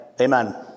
amen